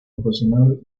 profesional